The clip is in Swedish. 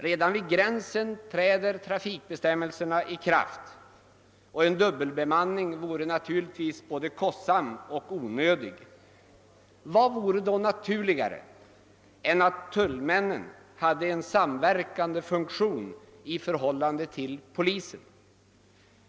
Redan vid gränsen träder trafikbestämmelserna i kraft, och en dubbel bemanning vore både kostsam och onödig. Vad vore då naturligare än att tullmännen hade en med polisen samverkande funktion?